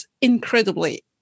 incredibly